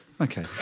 Okay